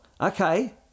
okay